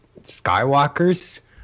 Skywalkers